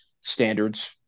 standards